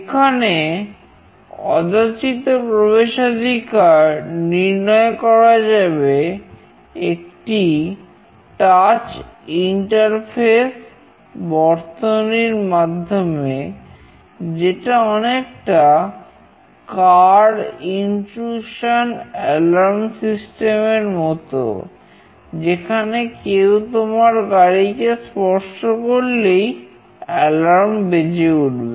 এখানে অযাচিত প্রবেশাধিকার নির্ণয় করা যাবে একটি টাচ ইন্টারফেস বর্তনীর বেজে উঠবে